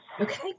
Okay